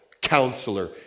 counselor